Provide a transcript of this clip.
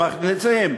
מכניסים,